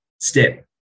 step